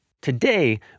today